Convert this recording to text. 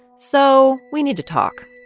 so we need to talk.